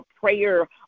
prayer